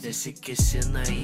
nesikėsina į